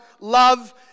love